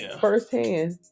firsthand